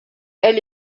elle